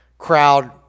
crowd